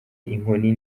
inkoni